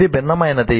ఇది భిన్నమైనది